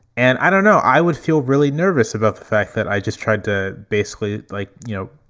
and i don't know, i would feel really nervous about the fact that i just tried to basically like, you know,